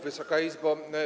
Wysoka Izbo!